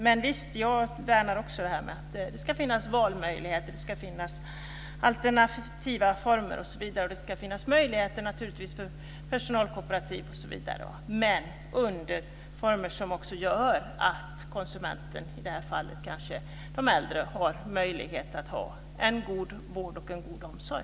Men visst värnar jag också om att det ska finnas valmöjligheter och alternativa former osv. Det ska naturligtvis också finnas möjligheter för personalkooperativ osv. men under former som också gör att konsumenten, i det här fallet de äldre, har möjlighet att få en god vård och omsorg.